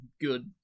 good